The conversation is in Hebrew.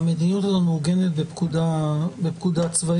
המדיניות הזאת מעוגנת בפקודה צבאית?